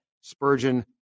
Spurgeon